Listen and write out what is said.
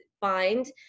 Find